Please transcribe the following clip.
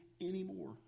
anymore